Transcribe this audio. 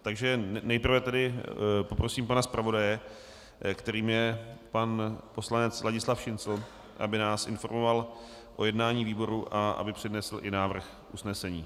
Takže nejprve tedy poprosím pana zpravodaje, kterým je pan poslanec Ladislav Šincl, aby nás informoval o jednání výboru a aby přednesl i návrh usnesení.